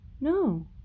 No